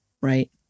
right